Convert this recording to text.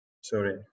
Sorry